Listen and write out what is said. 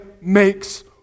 makes